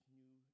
new